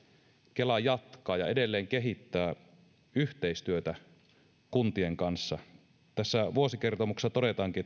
kela jatkaa ja edelleen kehittää yhteistyötä kuntien kanssa tässä vuosikertomuksessa todetaankin